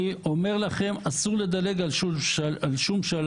אני אומר לכם, אסור לדלג על שום שלב.